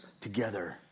together